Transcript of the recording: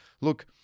look